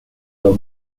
were